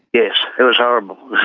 yes, it was horrible,